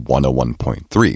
101.3